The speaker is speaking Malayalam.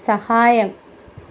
സഹായം